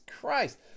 Christ